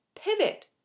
pivot